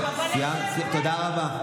תנחומיי.